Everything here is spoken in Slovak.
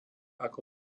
ako